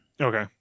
Okay